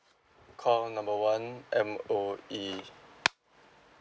call number one M_O_E